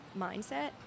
mindset